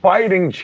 Fighting